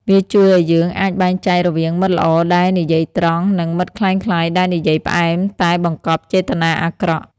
វាជួយឱ្យយើងអាចបែងចែករវាងមិត្តល្អដែលនិយាយត្រង់ និងមិត្តក្លែងក្លាយដែលនិយាយផ្អែមតែបង្កប់ចេតនាអាក្រក់។